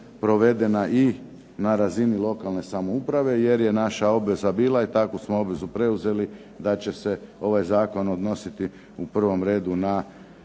provedena i na razini lokalne samouprave, jer je naša obveza bila i taku smo obvezu preuzeli da će se ovaj zakon odnositi u prvom redu na